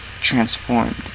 transformed